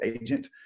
agent